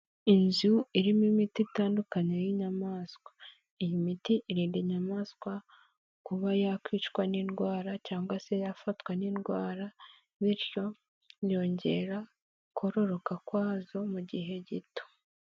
Inzu irimo imiti itandukanye y'inyamaswa, iyi miti irinda inyamaswa kuba yakwicwa n'indwara cyangwa se yafatwa n'indwara bityo yongera kororoka kwazo mu gihe gito.